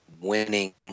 winning